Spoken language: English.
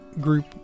group